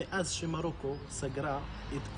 מרוקו מכל רחבי העולם שזה נגע בהם.